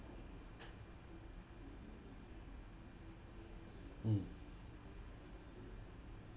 mm